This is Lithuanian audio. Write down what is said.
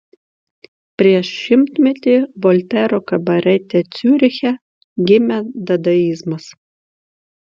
prieš šimtmetį voltero kabarete ciuriche gimė dadaizmas